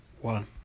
one